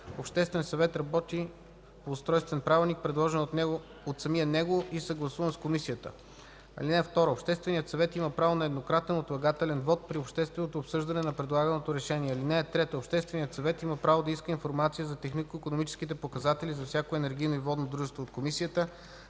Обществен съвет работи по устройствен правилник, предложен от самия него и съгласуван с Комисията. (2) Общественият съвет има право на еднократен отлагателен вот при общественото обсъждане на предлаганото решение. (3) Общественият съвет има право да иска информация за технико – икономическите показатели, за всяко енергийно и водно дружество от Комисията